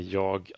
jag